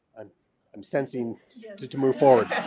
and i'm sensing to to move forward.